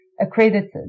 accredited